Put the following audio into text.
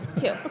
two